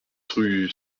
rue